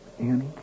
Annie